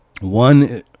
one